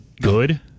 good